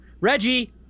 Reggie